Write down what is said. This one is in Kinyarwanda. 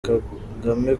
kagame